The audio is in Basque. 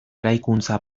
eraikuntza